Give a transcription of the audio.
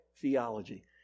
theology